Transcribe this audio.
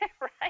Right